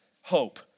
Hope